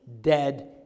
dead